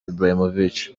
ibrahimovic